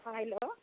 hello